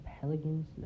Pelicans